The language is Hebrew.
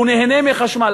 הוא נהנה מחשמל,